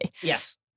Yes